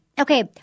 Okay